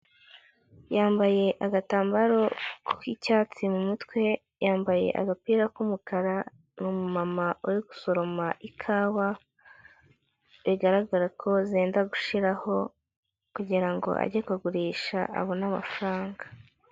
Yambaye agatambaro k'icyatsi mu mutwe, yambaye agapira k'umukara, ni umumama uri gusoroma ikawa bigaragara ko zenda gushiraho kugira ngo age kugurisha abone amafaranga.